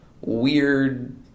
weird